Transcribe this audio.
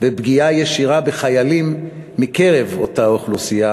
ופגיעה ישירה בחיילים מקרב אותה אוכלוסייה.